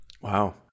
Wow